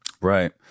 right